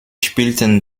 spielten